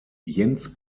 jens